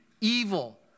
evil